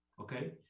Okay